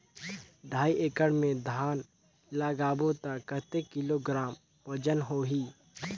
ढाई एकड़ मे धान लगाबो त कतेक किलोग्राम वजन होही?